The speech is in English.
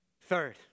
Third